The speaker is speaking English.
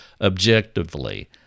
objectively